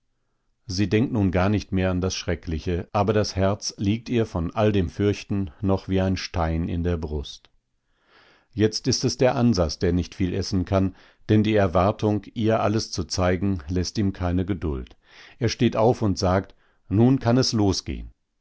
sie denkt nun gar nicht mehr an das schreckliche aber das herz liegt ihr von all dem fürchten noch wie ein stein in der brust jetzt ist es der ansas der nicht viel essen kann denn die erwartung ihr alles zu zeigen läßt ihm keine geduld er steht auf und sagt nun kann es losgehen